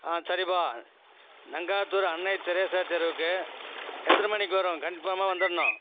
சரிப்பா நங்காத்தூர் அன்னை தெரசா தெருவுக்கு எத்தன மணிக்கு வரும் கன்பாஃர்மா வந்துடணும்